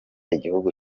igihugu